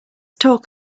talk